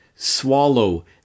swallow